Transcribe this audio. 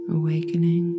awakening